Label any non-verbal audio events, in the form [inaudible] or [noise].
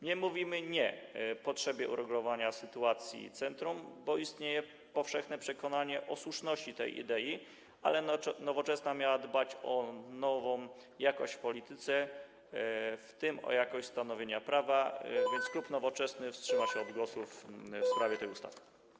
Nie mówimy „nie” potrzebie uregulowania sytuacji centrum, bo istnieje powszechne przekonanie o słuszności tej idei, ale Nowoczesna miała dbać o nową jakość w polityce, w tym o jakość stanowienia prawa, [noise] więc klub Nowoczesna wstrzyma się od głosu w sprawie tej ustawy.